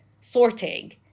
sorting